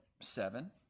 Seven